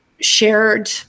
shared